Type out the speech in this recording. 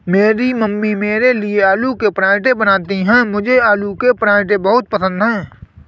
मेरी मम्मी मेरे लिए आलू के पराठे बनाती हैं मुझे आलू के पराठे बहुत पसंद है